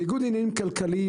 ניגוד עניינים כלכלי,